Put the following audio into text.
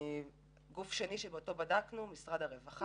גוף שני שאותו בדקנו הוא משרד הרווחה.